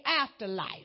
afterlife